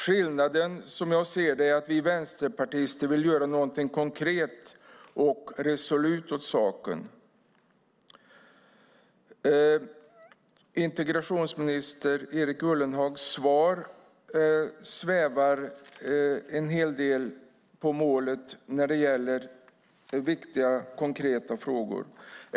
Skillnaden är, som jag ser det, att vi vänsterpartister vill göra något konkret och resolut åt saken. Integrationsminister Erik Ullenhags svar svävar en hel del på målet när det gäller viktiga, konkreta frågor.